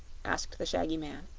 asked the shaggy man.